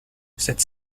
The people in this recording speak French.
cette